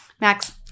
Max